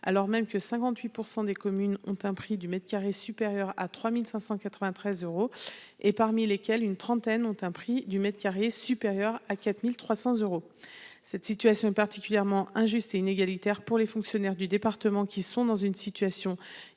alors même que 58% des communes ont un prix du mètre carré supérieur à 3593 euros et parmi lesquels une trentaine ont un prix du mètre carré supérieur à 4300 euros. Cette situation particulièrement injuste et inégalitaire. Pour les fonctionnaires du département qui sont dans une situation